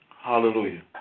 Hallelujah